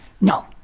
No